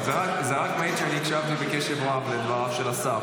זה רק מעיד על כך שהקשבתי בקשב רב לדבריו של השר.